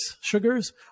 sugars